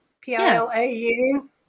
P-I-L-A-U